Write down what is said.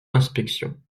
inspection